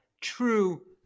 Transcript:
true